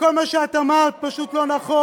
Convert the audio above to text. וכל מה שאת אמרת פשוט לא נכון,